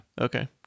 okay